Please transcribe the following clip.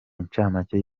incamake